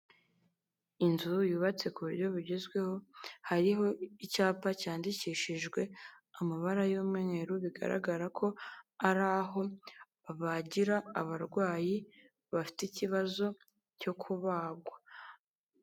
Inzu yubatse ku buryo bugezweho, hariho icyapa cyandikishijwe amabara y'umweru, bigaragara ko ari aho babagira abarwayi bafite ikibazo cyo kubagwa.